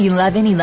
Eleven